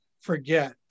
forget